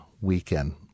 weekend